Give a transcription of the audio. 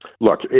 Look